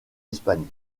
espagne